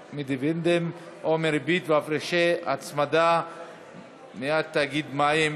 מדיבידנד או מריבית והפרשי הצמדה מאת תאגיד מים וביוב),